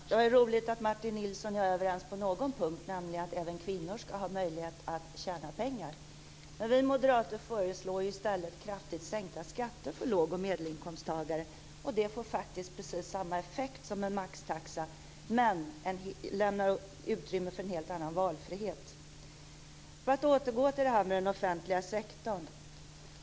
Herr talman! Det är roligt att Martin Nilsson och jag är överens på någon punkt, nämligen att även kvinnor ska ha möjlighet att tjäna pengar. Vi moderater föreslår i stället kraftigt sänkta skatter för lågoch medelinkomsttagare. Det får faktiskt precis samma effekt som en maxtaxa, men utrymme lämnas för en helt annan valfrihet. Låt mig återgå till den offentliga sektorn.